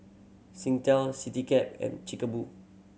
Singtel Citycab and Chic Boo